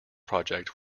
project